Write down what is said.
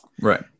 right